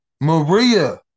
Maria